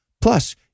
Plus